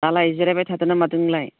दालाय जिरायबाय थादोंना मादों नोंलाय